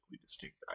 distinct